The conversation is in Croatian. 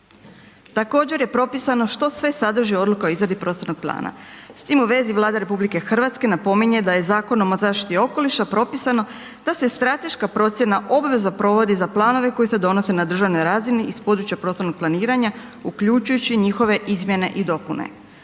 Također je propisano što sve sadrži odluka o izradi o izradi prostornog plana. S tim u vezi Vlada RH napominje da je Zakonom o zaštiti okoliša propisano da se strateška procjena obvezno provodi za planove koji se donose na državnoj razini iz područja prostornog planiranja uključujući i njihove izmjene i dopune.